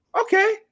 Okay